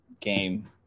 game